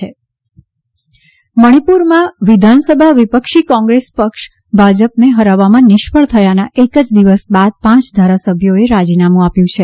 મણિપુર ધારાસભ્યો મણિપુરમાં વિધાનસભામાં વિપક્ષી કોંગ્રેસ પક્ષ ભાજપને હરાવવામાં નિષ્ફળ થયાના એક દિવસ બાદ પાંચ ધારાસભ્યોએ રાજીનામું આપ્યું છે